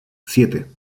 siete